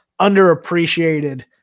underappreciated